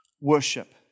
worship